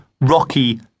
Rocky